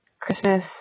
Christmas